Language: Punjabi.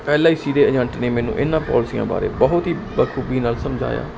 ਐਲ ਆਈ ਸੀ ਦੇ ਏਜੰਟ ਨੇ ਮੈਨੂੰ ਇਹਨਾਂ ਪੋਲਸੀਆਂ ਬਾਰੇ ਬਹੁਤ ਹੀ ਬਾ ਖੂਬੀ ਨਾਲ ਸਮਝਾਇਆ